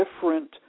different